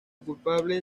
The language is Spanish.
culpable